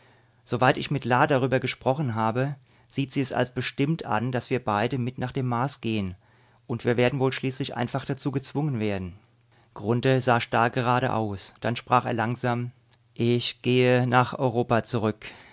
ich mit la darüber gesprochen habe sieht sie es als bestimmt an daß wir beide mit nach dem mars gehen und wir werden wohl schließlich einfach dazu gezwungen werden grunthe sah starr geradeaus dann sprach er langsam ich gehe nach europa zurück